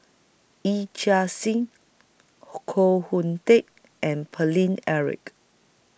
Yee Chia Hsing Koh Hoon Teck and Paine Eric